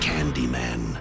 Candyman